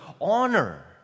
honor